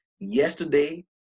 yesterday